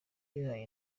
bihaye